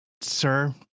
sir